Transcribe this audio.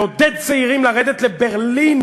לעודד צעירים לרדת לברלין